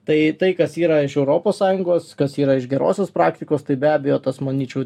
tai tai kas yra iš europos sąjungos kas yra iš gerosios praktikos tai be abejo tas manyčiau